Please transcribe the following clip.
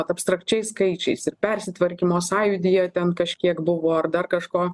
abstrakčiais skaičiais ir persitvarkymo sąjūdyje ten kažkiek buvo ar dar kažko